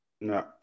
No